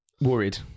Worried